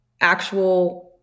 actual